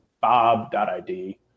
bob.id